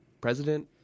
president